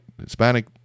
Hispanic